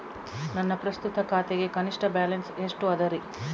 ನನ್ನ ಪ್ರಸ್ತುತ ಖಾತೆಗೆ ಕನಿಷ್ಠ ಬ್ಯಾಲೆನ್ಸ್ ಎಷ್ಟು ಅದರಿ?